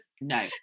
No